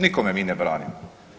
Nikome mi ne branimo.